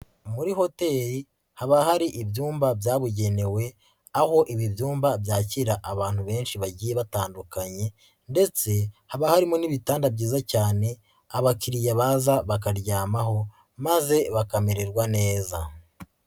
Muri hoteli haba hari ibyumba byabugenewe, aho ibi byumba byakira abantu benshi bagiye batandukanye ndetse haba harimo n'ibitanda byiza cyane abakiriya baza bakaryamaho maze bakamererwa neza.